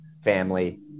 family